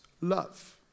love